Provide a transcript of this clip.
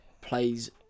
plays